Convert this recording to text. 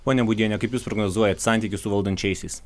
ponia būdiene kaip jūs prognozuojat santykį su valdančiaisiais